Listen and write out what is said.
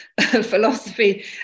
philosophy